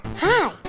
Hi